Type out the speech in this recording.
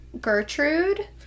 Gertrude